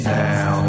now